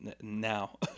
now